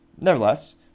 Nevertheless